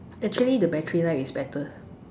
actually the battery life is better